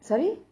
sorry